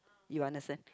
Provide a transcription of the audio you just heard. you understand